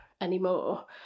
anymore